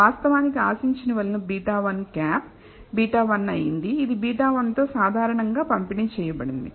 వాస్తవానికి ఆశించిన విలువ β̂1 β1 అయింది ఇది β1 తో సాధారణంగా పంపిణీ చేయబడింది